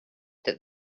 that